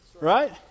Right